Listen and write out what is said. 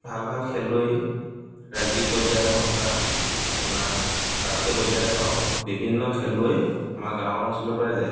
ভাল ভাল খেলুৱৈ ৰাজ্যিক পৰ্যায় হওক বা তোমাৰ ৰাষ্ট্ৰীয় পৰ্যায়ৰে হওক বিভিন্ন খেলুৱৈ আমাৰ গাঁও অঞ্চলৰ পৰাই যায়